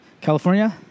California